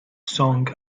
song